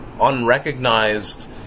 unrecognized